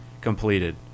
completed